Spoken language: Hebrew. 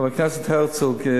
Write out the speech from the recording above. חבר הכנסת הרצוג,